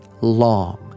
long